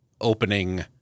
opening